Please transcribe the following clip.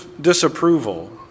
disapproval